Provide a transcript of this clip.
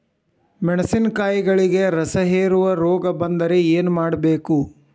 ಮೆಣಸಿನಕಾಯಿಗಳಿಗೆ ರಸಹೇರುವ ರೋಗ ಬಂದರೆ ಏನು ಮಾಡಬೇಕು?